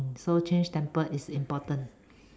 mm so change temper is important